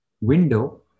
Window